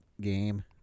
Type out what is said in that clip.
game